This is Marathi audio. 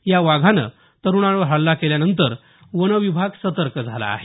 या वाघानं तरुणावर हल्ला केल्यानंतर वनविभाग सतर्क झाला आहे